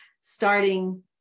starting